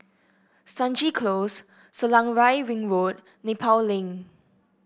Stangee Close Selarang Ring Road Nepal Link